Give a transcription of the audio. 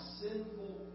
sinful